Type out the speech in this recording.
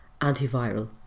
antiviral